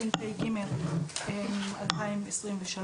התשפ"ג-2023".